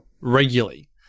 regularly